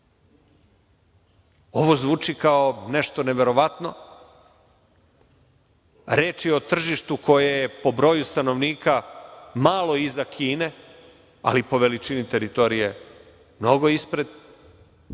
Ovo zvuči kao nešto neverovatno. Reč je o tržištu koje je po broju stanovnika malo iza Kine, ali po veličini teritorije mnogo ispred. Dakle,